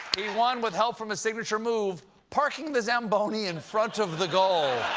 he won with help from his signature move parking the zamboni in front of the goal.